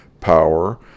power